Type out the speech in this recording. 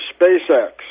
SpaceX